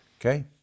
Okay